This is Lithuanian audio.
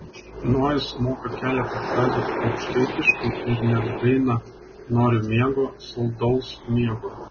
nojus moka keletą frazių aukštaitiškai ir net dainą noriu miego saldaus miego